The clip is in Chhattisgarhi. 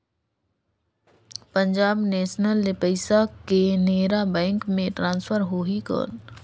पंजाब नेशनल ले पइसा केनेरा बैंक मे ट्रांसफर होहि कौन?